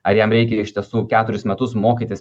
ar jam reikia iš tiesų keturis metus mokytis